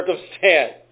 circumstance